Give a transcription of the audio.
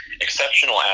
exceptional